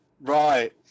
right